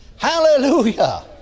Hallelujah